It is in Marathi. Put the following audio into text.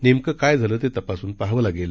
नेमकं काय झाले ते तपासून पाहावे लागेल